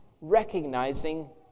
recognizing